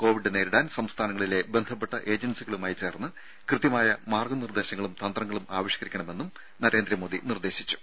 Covid നേടിരാൻ സംസ്ഥാനങ്ങളിലെ ബന്ധപ്പെട്ട ഏജൻസികളുമായി ചേർന്ന് കൃത്യമായ മാർഗ്ഗ നിർദ്ദേശങ്ങളും തന്ത്രങ്ങളും ആവിഷ്കരിക്കണമെന്ന് നരേന്ദ്രമോദി നിർദ്ദേശിച്ചു